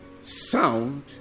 sound